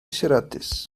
siaradus